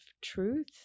truth